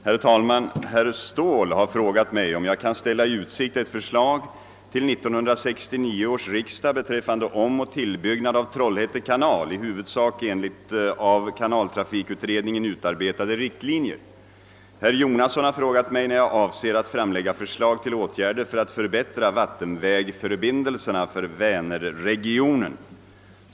Herr talman! Herr Ståhl har frågat mig om jag kan ställa i utsikt ett förslag till 1969 års riksdag beträffande omoch tillbyggnad av Trollhätte kanal i huvudsak enligt av kanaltrafikutredningen utarbetade riktlinjer. Herr Jonasson har frågat mig när jag avser att framlägga förslag till åtgärder för att förbättra vattenvägsförbindelserna för Vänerregionen.